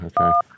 Okay